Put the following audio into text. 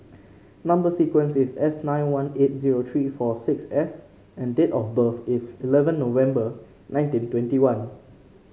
number sequence is S nine one eight zero three four six S and the date of birth is eleven November nineteen twenty one